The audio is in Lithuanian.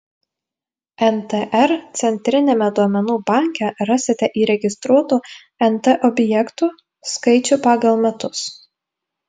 ntr centriniame duomenų banke rasite įregistruotų nt objektų skaičių pagal metus